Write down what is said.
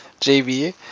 JB